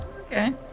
okay